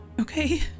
Okay